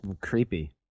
creepy